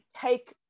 take